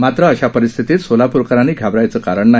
मात्र अशा परिस्थितीत सेालापूरकरांनी घाबरायचं कारण नाही